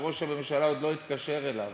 שראש הממשלה עוד לא התקשר אליו,